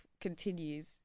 continues